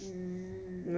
mm